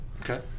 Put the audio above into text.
Okay